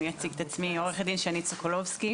אני אציג את עצמי: עו"ד שנית סוקולובסקי,